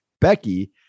Becky